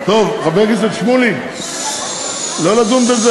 חבר הכנסת שמולי, לא לדון בזה?